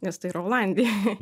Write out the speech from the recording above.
nes tai yra olandijoj